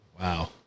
Wow